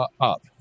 up